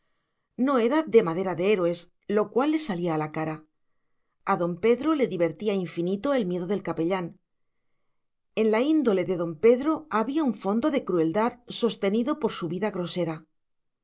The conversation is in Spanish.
no era de madera de héroes lo cual le salía a la cara a don pedro le divertía infinito el miedo del capellán en la índole de don pedro había un fondo de crueldad sostenido por su vida grosera